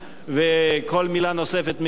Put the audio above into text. וכל מלה נוספת מיותרת,